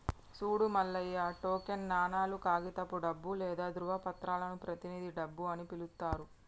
సూడు మల్లయ్య టోకెన్ నాణేలు, కాగితపు డబ్బు లేదా ధ్రువపత్రాలను ప్రతినిధి డబ్బు అని పిలుత్తారు